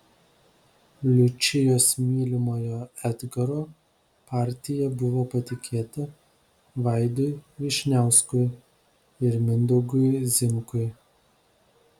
liučijos mylimojo edgaro partija buvo patikėta vaidui vyšniauskui ir mindaugui zimkui